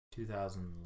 2011